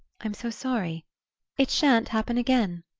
i'm so sorry it shan't happen again,